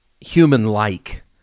human-like